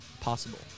possible